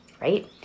right